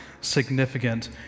significant